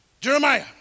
Jeremiah